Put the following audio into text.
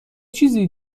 چیزی